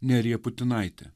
nerija putinaite